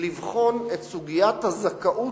לבחון את סוגיית הזכאות,